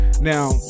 Now